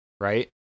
right